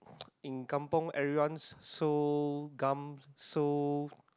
in kampung everyone so gam so